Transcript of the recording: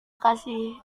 kasih